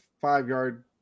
five-yard